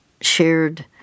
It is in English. shared